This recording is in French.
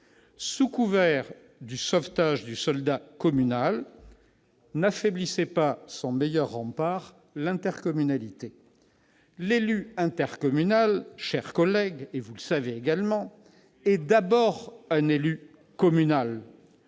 Sous couvert du sauvetage du soldat communal, n'affaiblissez pas son meilleur rempart, l'intercommunalité ! L'élu intercommunal, vous le savez, mes chers collègues, est d'abord un élu communal.